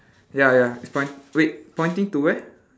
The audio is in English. ya ya it's poin~ wait pointing to where